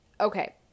Okay